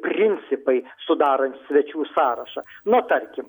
principai sudarant svečių sąrašą nu tarkim